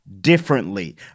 differently